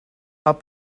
hop